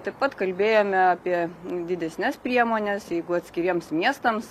taip pat kalbėjome apie didesnes priemones jeigu atskiriems miestams